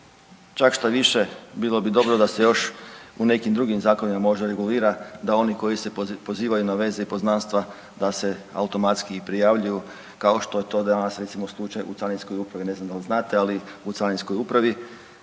Čak štoviše bilo bi dobro da se još u nekim drugim zakonima možda regulira da oni koji se pozivaju na veze i poznanstva da se automatski prijavljuju kao što je to danas slučaj recimo u Carinskoj upravi,